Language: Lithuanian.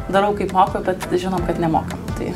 darau kaip moku bet žinom kad nemokam tai